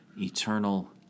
eternal